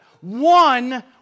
one